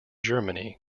germany